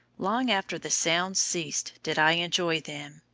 long after the sounds ceased did i enjoy them,